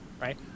Right